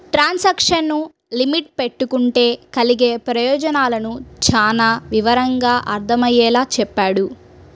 transaction limit పెట్టుకుంటే కలిగే ప్రయోజనాలను చానా వివరంగా అర్థమయ్యేలా చెప్పాడు